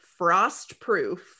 frostproof